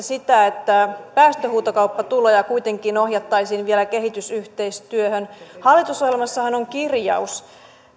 sitä että päästöhuutokauppatuloja kuitenkin ohjattaisiin vielä kehitysyhteistyöhön hallitusohjelmassahan on kirjaus